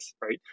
right